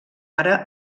ara